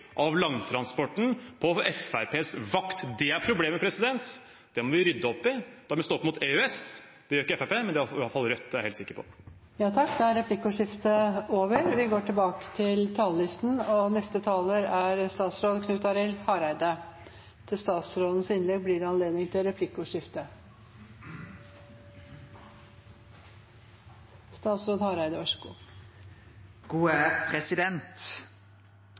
av langtransporten på Fremskrittspartiets vakt. Det er problemet, og det må en rydde opp i. Da må vi stå opp mot EØS. Det gjør ikke Fremskrittspartiet, men det gjør iallfall Rødt, det er jeg helt sikker på. Replikkordskiftet er over. Vårherre hadde på den tredje dagen stor tiltru til framtidige norske ingeniørar og entreprenørar da han skilde ut tørt land på jorda. Noregskartet viser det